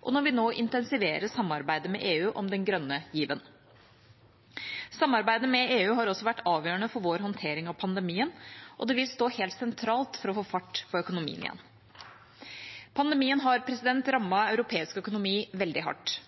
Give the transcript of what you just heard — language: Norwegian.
og når vi nå intensiverer samarbeidet med EU om den grønne given. Samarbeidet med EU har også vært avgjørende for vår håndtering av pandemien, og det vil stå helt sentralt for å få fart på økonomien igjen. Pandemien har rammet europeisk økonomi veldig hardt.